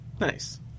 Nice